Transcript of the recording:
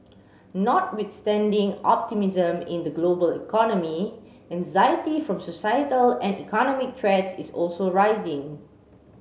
notwithstanding optimism in the global economy anxiety from societal and economic threats is also rising